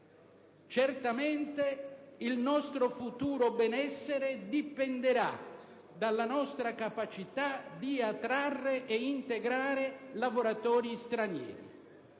Certamente, il nostro futuro benessere dipenderà dalla nostra capacità di attrarre e integrare lavoratori stranieri.